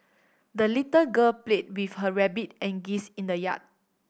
the little girl played with her rabbit and geese in the yard